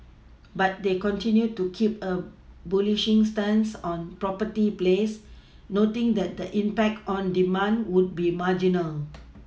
but they continued to keep a bullish stance on property plays noting that the impact on demand would be marginal